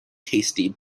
tasty